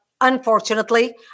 unfortunately